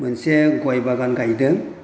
मोनसे गय बागान गायदों